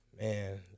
Man